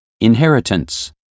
inheritance